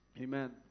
Amen